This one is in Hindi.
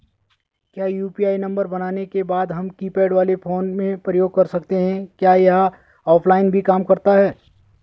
क्या यु.पी.आई नम्बर बनाने के बाद हम कीपैड वाले फोन में प्रयोग कर सकते हैं क्या यह ऑफ़लाइन भी काम करता है?